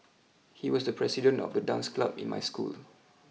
he was the president of the dance club in my school